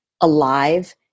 alive